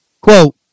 quote